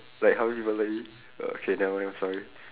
like how many people like me err okay never mind I'm sorry